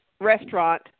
restaurant